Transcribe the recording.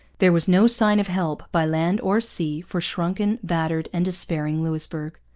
there was no sign of help, by land or sea, for shrunken, battered, and despairing louisbourg.